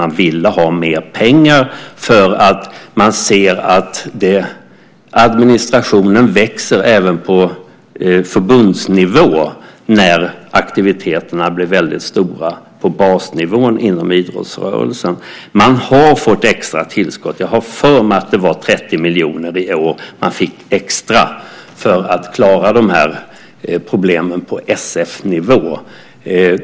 Man vill ha mer pengar därför att man ser att administrationen växer även på förbundsnivå när aktiviteterna blir väldigt stora på basnivån inom idrottsrörelsen. Man har fått extra tillskott. Jag har för mig att man i år fått 30 miljoner extra för att klara de här problemen på SF-nivå.